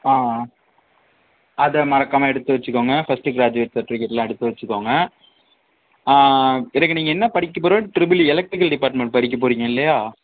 ஆ அதை மறக்காமல் எடுத்து வைச்சிக்கோங்க ஃபஸ்ட்டு கிராஜுவேட் சர்ட்டிஃபிக்கேட்டுலாம் எடுத்து வைச்சிக்கோங்க ஆ எனக்கு நீங்கள் என்ன படிக்க போகிறீங்க டிரிபிள் இ எலக்ட்ரிக்கல் டிப்பார்ட்மெண்ட் படிக்க போகிறீங்க இல்லையா